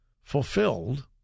fulfilled